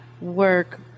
work